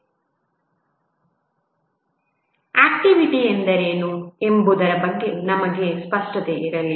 activity ಎಂದರೇನು ಎಂಬುದರ ಬಗ್ಗೆ ನಮಗೆ ಸ್ಪಷ್ಟತೆ ಇರಲಿ